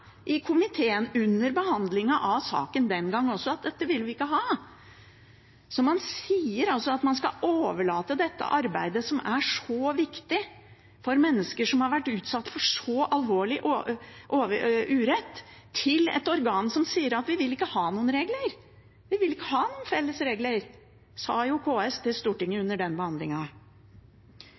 komiteen, under behandlingen av saken den gang også, at dette ville de ikke ha. Man sier altså at man skal overlate dette arbeidet, som er så viktig for mennesker som har vært utsatt for så alvorlig urett, til et organ som sier at de ikke vil ha noen regler. KS sa til Stortinget under den behandlingen at de ikke vil ha noen felles regler.